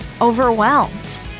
overwhelmed